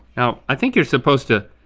now, i think you're supposed to,